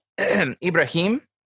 Ibrahim